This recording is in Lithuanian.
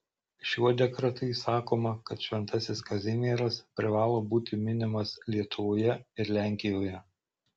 šiuo dekretu įsakoma kad šventasis kazimieras privalo būti minimas lietuvoje ir lenkijoje